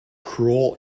cruel